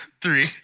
three